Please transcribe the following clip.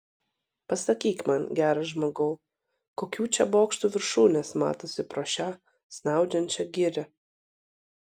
pasakyk man geras žmogau kokių čia bokštų viršūnės matosi pro šią snaudžiančią girią